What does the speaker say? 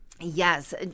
Yes